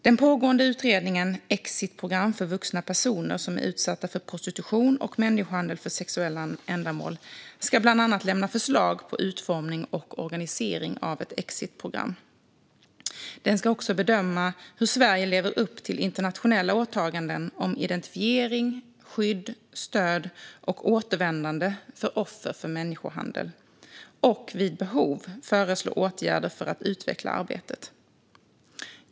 Den pågående utredningen om ett exitprogram för vuxna personer som är utsatta för prostitution och människohandel för sexuella ändamål ska bland annat lämna förslag på utformning och organisering av ett exitprogram. Den ska också bedöma hur Sverige lever upp till internationella åtaganden om identifiering, skydd, stöd och återvändande för offer för människohandel och vid behov föreslå åtgärder för att utveckla arbetet.